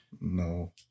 no